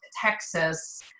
Texas